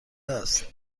است